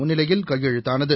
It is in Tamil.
முன்னிலையில் கையெழுத்தானது